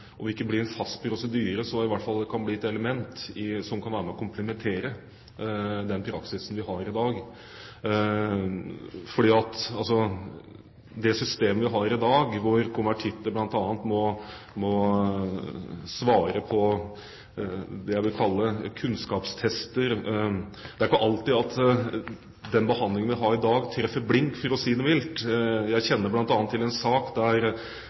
en fast prosedyre, så i hvert fall et element som kan være med og komplettere den praksisen vi har i dag. Det systemet og den behandlingen vi har i dag, hvor konvertitter bl.a. må svare på det jeg vil kalle kunnskapstester, treffer ikke alltid blink, for å si det mildt. Jeg kjenner bl.a. til en sak der en baptist, en som var konvertert til en